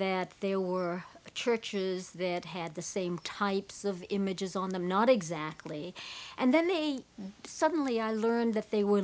that there were churches that had the same types of images on them not exactly and then they suddenly i learned that they were